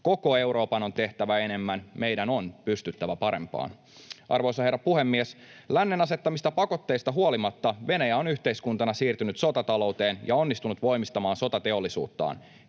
Koko Euroopan on tehtävä enemmän, meidän on pystyttävä parempaan. Arvoisa herra puhemies! Lännen asettamista pakotteista huolimatta Venäjä on yhteiskuntana siirtynyt sotatalouteen ja onnistunut voimistamaan sotateollisuuttaan.